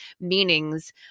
meanings